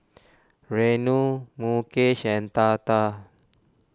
Renu Mukesh and Tata